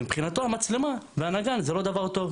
מבחינתו מצלמה והנגן זה לא דבר טוב.